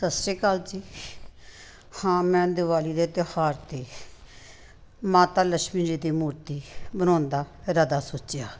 ਸਤਿ ਸ਼੍ਰੀ ਅਕਾਲ ਜੀ ਹਾਂ ਮੈਂ ਦਿਵਾਲੀ ਦੇ ਤਿਉਹਾਰ 'ਤੇ ਮਾਤਾ ਲਕਸ਼ਮੀ ਜੀ ਦੀ ਮੂਰਤੀ ਬਣਾਉਣ ਦਾ ਇਰਾਦਾ ਸੋਚਿਆ